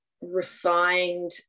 refined